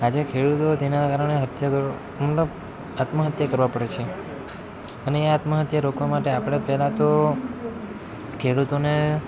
આજે ખેડૂતો તેના કારણે હત્યા કરવા મતલબ આત્મહત્યા કરવા પડે છે અને એ આત્મહત્યા રોકવા માટે આપણે પહેલાં તો ખેડૂતોને